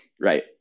right